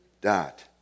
dot